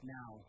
now